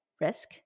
risk